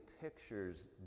pictures